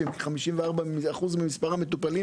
שמבוטחים בה כ-54% מתוך 124,000 המטופלים